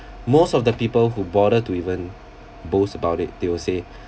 most of the people who bother to even boast about it they will say